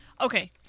Okay